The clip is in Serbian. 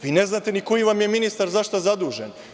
Vi ne znate ni koji vam je ministar za šta zadužen.